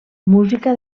música